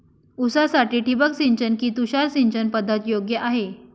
ऊसासाठी ठिबक सिंचन कि तुषार सिंचन पद्धत योग्य आहे?